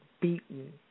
beaten